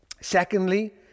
Secondly